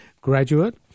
graduate